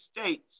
states